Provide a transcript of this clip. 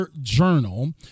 journal